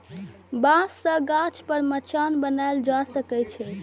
बांस सं गाछ पर मचान बनाएल जा सकैए